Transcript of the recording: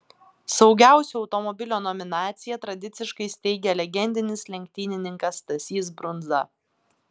saugiausio automobilio nominaciją tradiciškai steigia legendinis lenktynininkas stasys brundza